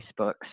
Facebook's